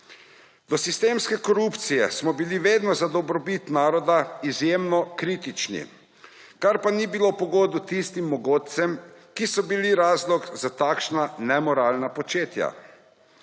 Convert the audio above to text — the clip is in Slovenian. Do sistemske korupcije smo bili vedno za dobrobit naroda izjemno kritični, kar pa ni bilo po godu tistim mogotcem, ki so bili razlog za takšna nemoralna početja.